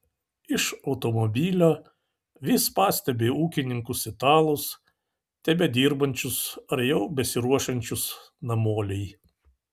iš automobilio vis pastebi ūkininkus italus tebedirbančius ar jau besiruošiančius namolei